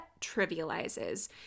trivializes